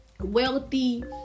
wealthy